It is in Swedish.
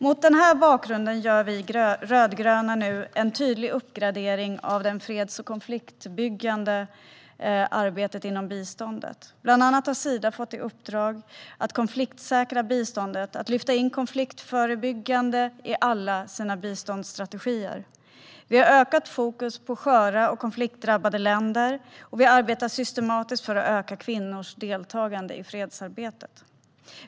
Mot den här bakgrunden gör vi rödgröna nu en tydlig uppgradering av det freds och konfliktförebyggande arbetet inom biståndet. Bland annat har Sida fått i uppdrag att konfliktsäkra biståndet och lyfta in konfliktförebyggande i alla sina biståndsstrategier. Vi har ökat fokus på sköra och konfliktdrabbade länder, och vi arbetar systematiskt för att öka kvinnors deltagande i fredsarbetet.